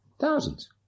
Thousands